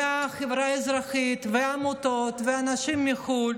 והחברה האזרחית והעמותות ואנשים מחו"ל,